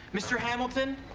mr. hamilton.